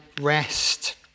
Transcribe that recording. rest